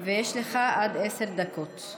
יש לך עד עשר דקות.